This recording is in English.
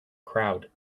crowd